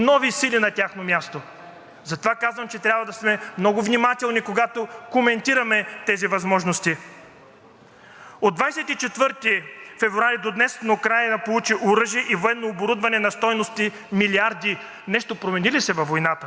От 24 февруари до днес Украйна получи оръжие и военно оборудване на стойност милиарди, а нещо промени ли се във войната? В резултат на тази позиционна война и изтощения има разруха и повече жертви.